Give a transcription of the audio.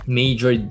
major